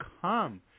come